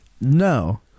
No